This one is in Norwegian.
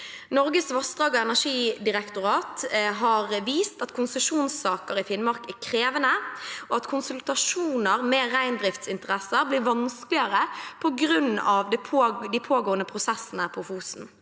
av vindkraft i Finnmark. NVE har vist til at konsesjonssaker i Finnmark er krevende, og at konsultasjoner med reindriftsinteresser blir vanskeligere på grunn av de pågående prosessene på Fosen.